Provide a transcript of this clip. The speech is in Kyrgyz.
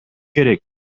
керек